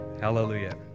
Hallelujah